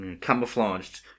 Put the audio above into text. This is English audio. camouflaged